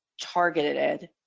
targeted